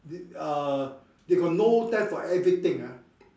they uh they got no time for everything ah